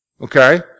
Okay